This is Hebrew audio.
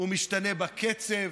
הוא משתנה בקצב,